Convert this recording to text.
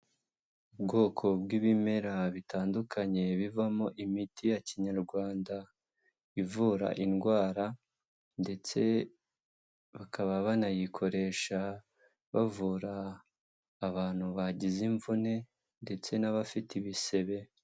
Ubwoko bw'ibimera bitandukanye bivamo imiti ya kinyarwanda ivura indwara ndetse bakaba banayikoresha bavura abantu bagize imvune ndetse n'abafite ibisebe.